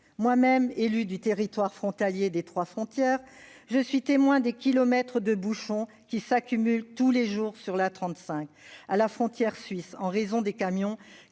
Moi-même élue de ce territoire bordé par les trois frontières, je suis témoin des kilomètres de bouchons qui s'accumulent tous les jours sur l'A35 à la frontière suisse, en raison des camions